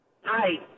Hi